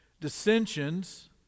dissensions